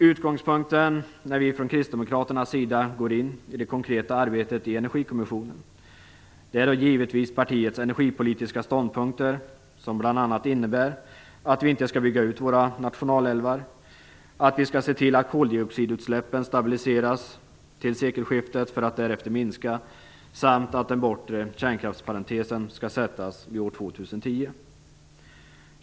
Utgångspunkten när vi från kristdemokraternas sida går in i det konkreta arbetet i Energikommissionen är givetvis partiets energipolitiska ståndpunkter, som bl.a. innebär att vi inte skall bygga ut våra nationalälvar, att vi skall se till att koldioxidutsläppen stabiliseras till sekelskiftet för att därefter minska, samt att den bortre kärnkraftsparentesen skall sättas vid år 2010.